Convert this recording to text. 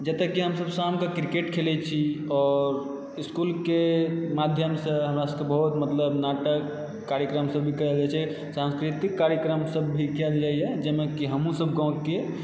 जतए कि हमसभ शामके क्रिकेट खेलैत छी आओर इस्कूलके माध्यमसँ हमरा सभकेँ बहुत मतलब नाटक कार्यक्रमसभ भी करल जाइत छै सांस्कृतिक कार्यक्रमसभ भी कयल जाइए जाहिमे कि हमहुँसभ गाँवके